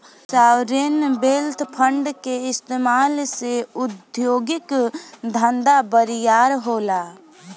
sovereign wealth fund के इस्तमाल से उद्योगिक धंधा बरियार होला